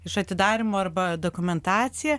iš atidarymo arba dokumentaciją